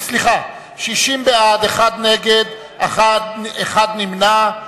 60 בעד, אחד נגד ואחד נמנע.